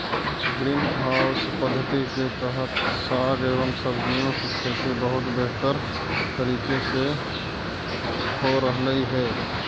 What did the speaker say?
green house पद्धति के तहत साग एवं सब्जियों की खेती बहुत बेहतर तरीके से हो रहलइ हे